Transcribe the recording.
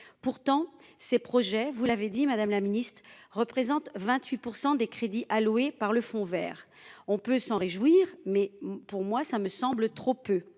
Pourtant, ces projets, vous l'avez dit Madame la Ministre représente 28% des crédits alloués par le Fonds Vert, on peut s'en réjouir, mais pour moi ça me semble trop peu